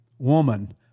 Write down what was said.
Woman